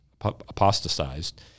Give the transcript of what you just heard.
apostatized